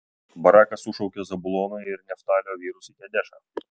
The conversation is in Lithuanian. barakas sušaukė zabulono ir neftalio vyrus į kedešą